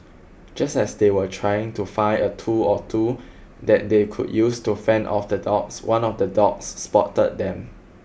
just as they were trying to find a tool or two that they could use to fend off the dogs one of the dogs spotted them